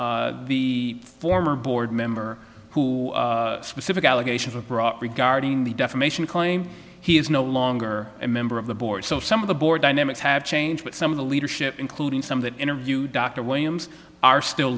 addition the former board member who specific allegations were brought regarding the defamation claim he is no longer a member of the board so some of the board dynamics have changed but some of the leadership including some of that interview dr williams are still